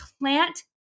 plant